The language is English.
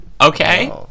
Okay